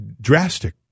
drastic